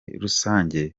rusange